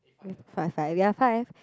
we have five five ya five